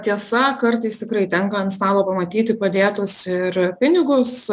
tiesa kartais tikrai tenka ant stalo pamatyti padėtus ir pinigus